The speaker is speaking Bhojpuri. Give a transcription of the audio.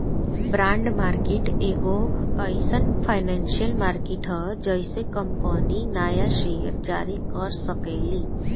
बॉन्ड मार्केट एगो एईसन फाइनेंसियल मार्केट ह जेइसे कंपनी न्या सेयर जारी कर सकेली